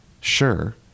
sure